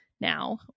now